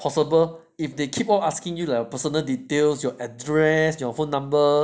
possible if they keep on asking you a like personal details your address your phone number